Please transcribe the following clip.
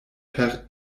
per